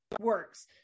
works